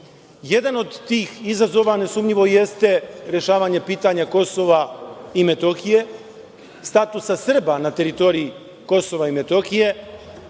Jedan od tih izazova nesumnjivo jeste rešavanje pitanja Kosova i Metohije, statusa Srba na teritoriji Kosova i Metohije,